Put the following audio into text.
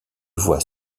voie